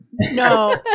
No